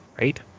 Right